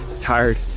tired